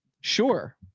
Sure